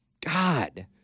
God